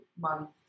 month